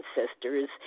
ancestors